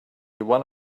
one